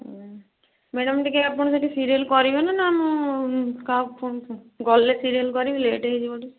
ହୁଁ ମ୍ୟାଡ଼ାମ ଟିକେ ଆପଣ ସେଠି ସିରିଏଲ୍ କରିବେ ନା ନା ମୁଁ କାହାକୁ ଫୋନ୍ ଗଲେ ସିରିଏଲ୍ କରିବି ଲେଟ୍ ହେଇଯିବ ଟିକେ